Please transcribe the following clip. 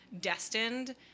destined